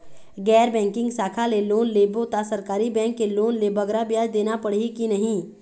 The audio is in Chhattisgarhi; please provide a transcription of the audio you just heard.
गैर बैंकिंग शाखा ले लोन लेबो ता सरकारी बैंक के लोन ले बगरा ब्याज देना पड़ही ही कि नहीं?